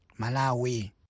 Malawi